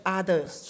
others 。